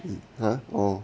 um !huh! oh